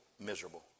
miserable